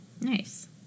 Nice